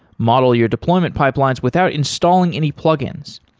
model your deployment pipelines without installing any plugins.